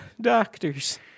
doctors